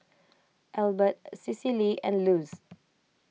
Elbert Cecily and Luz